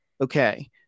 Okay